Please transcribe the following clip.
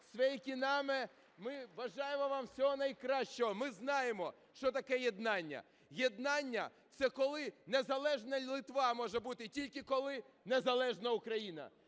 Sveikinimas! Ми бажаємо вам всього найкращого, ми знаємо, що таке єднання. Єднання – це коли незалежна Литва може бути, тільки коли незалежна Україна,